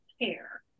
care